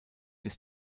ist